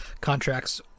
contracts